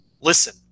listen